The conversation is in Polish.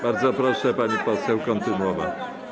Bardzo proszę, pani poseł, kontynuować.